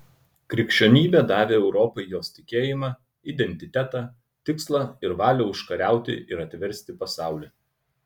krikščionybė davė europai jos tikėjimą identitetą tikslą ir valią užkariauti ir atversti pasaulį